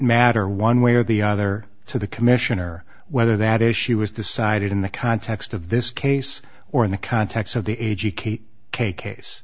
matter one way or the other to the commissioner whether that is she was decided in the context of this case or in the context of the a g case